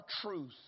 truth